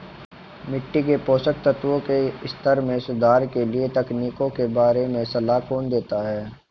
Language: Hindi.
मिट्टी के पोषक तत्वों के स्तर में सुधार के लिए तकनीकों के बारे में सलाह कौन देता है?